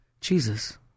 Jesus